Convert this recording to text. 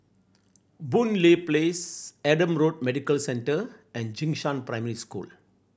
Boon Lay Place Adam Road Medical Centre and Jing Shan Primary School